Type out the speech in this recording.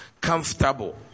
Comfortable